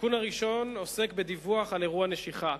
התיקון הראשון עוסק בדיווח על אירוע נשיכה.